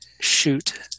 shoot